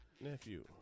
nephew